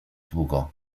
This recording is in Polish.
długo